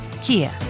Kia